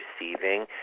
receiving